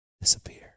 Disappear